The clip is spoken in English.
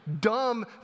dumb